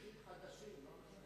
רהיטים חדשים, לא משומשים.